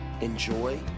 Enjoy